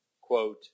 quote